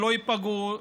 שלא ייפגעו.